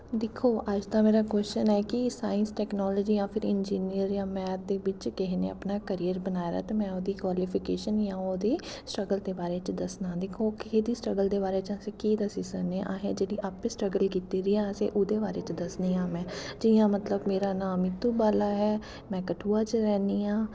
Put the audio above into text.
दिक्खो अज्ज दा मेरा काव्शन ऐ कि साईंस टैकनालजी जां फिर इंजीनियर जां मैथ दे बिच्च किसे ने अपना कैरियर बनाए दा तां में ओह्दी कव्लिफिकेशन जां ओह्दी स्ट्रगल दे बारे च दस्सना दिक्खो कि ओह्दी स्ट्रगल दे बारे च अस केह् दस्सी सकने आं असें जेह्ड़ी आपें स्ट्रगल कीती दी असें ओह्दे बारे च दस्सनी आं में जियां मतलब मेरा नांऽ मीतू बाला ऐ में कठुआ च रैहन्नी आं